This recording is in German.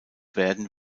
werden